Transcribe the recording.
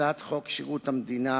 הצעת חוק שירות המדינה